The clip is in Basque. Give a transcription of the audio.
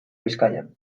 bizkaian